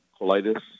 colitis